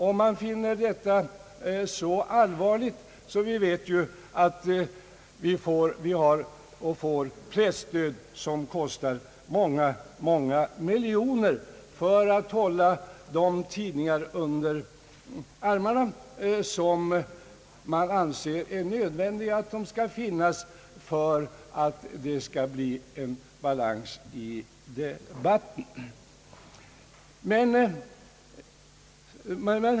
Man har funnit detta så allvarligt att vi som be kant har fått ett presstöd, som kostar många miljoner, för att hålla de tidningar under armarna som nödvändigtvis anses böra finnas för att det skall bli en balans i debatten.